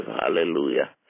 Hallelujah